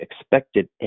expected